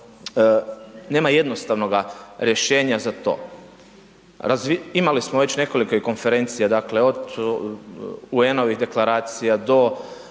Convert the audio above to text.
nema jednostavnoga rješenja za to. Imali smo već nekoliko i konferencija, dakle od UN-ovih Deklaracija do